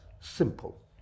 simple